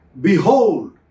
Behold